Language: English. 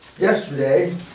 yesterday